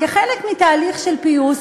כחלק מתהליך של פיוס,